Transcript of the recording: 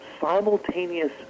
simultaneous